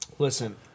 Listen